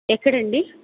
ఎక్కడండి